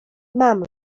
mam